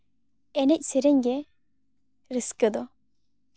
ᱮᱱᱮᱡ ᱥᱮᱨᱮᱧ ᱜᱮ ᱨᱟᱹᱥᱠᱟᱹ ᱫᱚ